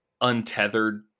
untethered